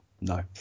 No